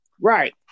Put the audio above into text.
Right